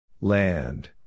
Land